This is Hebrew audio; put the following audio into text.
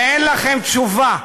ואין לכם תשובה,